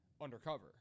undercover